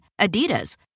Adidas